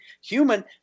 human